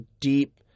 deep